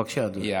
בבקשה, אדוני.